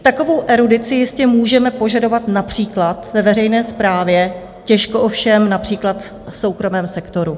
Takovou erudici jistě můžeme požadovat například ve veřejné správě, těžko ovšem například v soukromém sektoru.